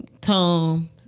Tom